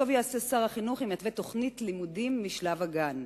טוב יעשה שר החינוך אם יתווה תוכנית לימודים משלב הגן.